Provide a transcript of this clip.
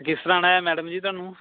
ਕਿਸ ਤਰ੍ਹਾਂ ਆਉਣਾ ਹੋਇਆ ਮੈਡਮ ਜੀ ਤੁਹਾਨੂੰ